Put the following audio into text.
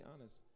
honest